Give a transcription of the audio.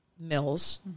Mills